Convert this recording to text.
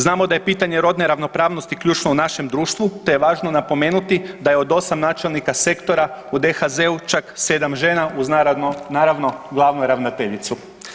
Znamo da je pitanje rodne ravnopravnosti ključno u našem društvu te važno napomenuti da je od 8 načelnika sektora u DHMZ-u, čak 7 žena uz naravno, glavnu ravnateljicu.